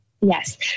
Yes